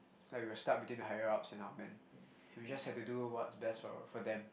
like we were stuck between the higher ups and our men we just had to do what's best for for them